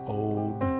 old